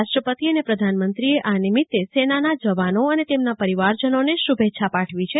રાષ્ટ્રપતિ અને પ્રધાનમંત્રીએ આ નિમિત્તે સેનાના જવાનો અને તેમના પરિવારજનોને શુભેચ્છા પાઠવી છે